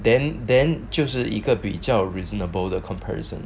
then then 就是一个比较 reasonable the comparison